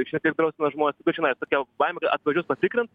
šiek tiek drausmina žmones tai čionais tokia baimė kad atvažiuos patikrint